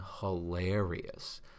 hilarious